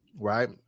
right